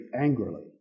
angrily